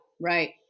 right